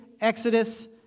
Exodus